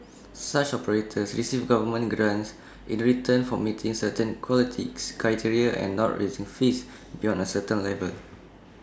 such operators receive government grants in return for meeting certain quality criteria and not raising fees beyond A certain level